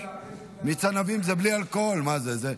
מיץ ענבים זה בלי אלכוהול, מה זה?